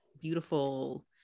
beautiful